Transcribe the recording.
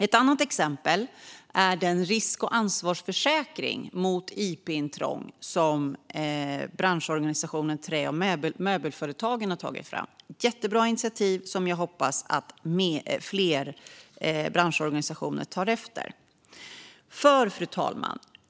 Ett annat exempel är den risk och ansvarsförsäkring mot ip-intrång som branschorganisationen Trä och möbelföretagen har tagit fram. Det är ett jättebra initiativ som jag hoppas att fler branschorganisationer tar efter.